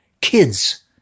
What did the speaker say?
kids